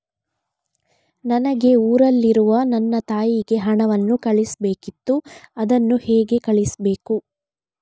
ನನಗೆ ಊರಲ್ಲಿರುವ ನನ್ನ ತಾಯಿಗೆ ಹಣವನ್ನು ಕಳಿಸ್ಬೇಕಿತ್ತು, ಅದನ್ನು ಹೇಗೆ ಕಳಿಸ್ಬೇಕು?